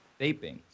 vaping